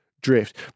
drift